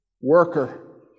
worker